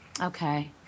Okay